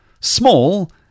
Small